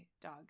dog